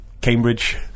Cambridge